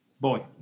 Boy